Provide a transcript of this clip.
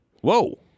Whoa